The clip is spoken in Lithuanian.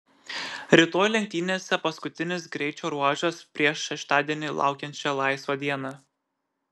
rytoj lenktynėse paskutinis greičio ruožas prieš šeštadienį laukiančią laisvą dieną